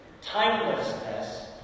timelessness